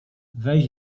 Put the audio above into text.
weź